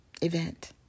event